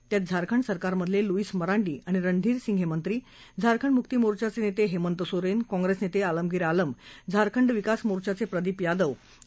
त्यात झारखंड सरकारमधले लुईस मरांडी आणि रणधीर सिंग हे मंत्री झारखंड मुक्ती मोर्चाचे नेते हेमंत सोरेन काँग्रेस नेते आलमगिर आलम झारखंड विकास मोर्चाचे प्रदीप यादव ति्यादी प्रमुख उमेदवार आहेत